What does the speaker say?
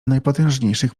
najpotężniejszych